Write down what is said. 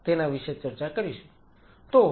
તેના વિશે ચર્ચા કરીશું